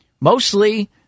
mostly